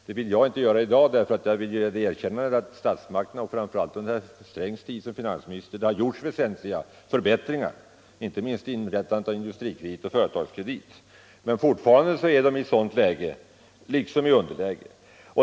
Det vill jag inte säga i dag, eftersom jag vill göra det erkännandet att statsmakterna, framför allt under herr Strängs tid som finansminister, genomfört väsentliga förbättringar, inte minst genom inrättandet av Industrikredit och Företagskredit. Men fortfarande är de i underläge.